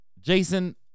Jason